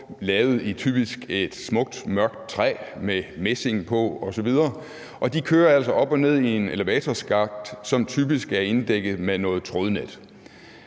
lavet i smukt mørkt træ med messing på osv., og de kører altså op og ned i en elevatorskakt, som typisk er inddækket med noget trådnet.